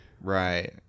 Right